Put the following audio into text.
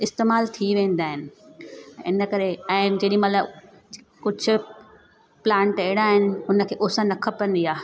इस्तेमाल थी वेंदा आहिनि इन करे ऐं जेॾी महिल कुझु प्लांट अहिड़ा आहिनि हुन खे उस न खपंदी आहे